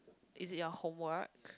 is it your homework